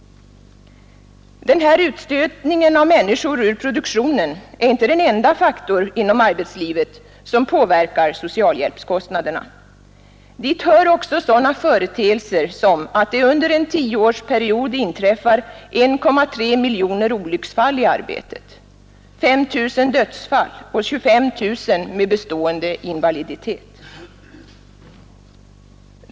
Den här utstötningen av människor ur produktionen är inte den enda faktor inom arbetslivet som påverkar socialhjälpskostnaderna. Dit hör också sådana företeelser som att det under en tioårsperiod inträffar 1,3 miljoner olycksfall i arbetet, 5 000 dödsfall och 25 000 fall med bestående invaliditet.